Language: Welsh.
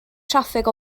traffig